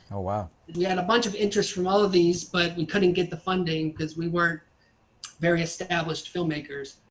so um yeah had a bunch of interests from all of these, but we couldn't get the funding because we weren't very established filmmakers.